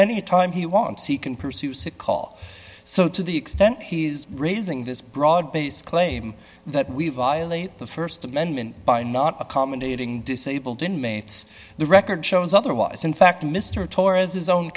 any time he wants he can pursue sick call so to the extent he's raising this broad based claim that we violate the st amendment by not accommodating disabled inmates the record shows otherwise in fact mr torres his own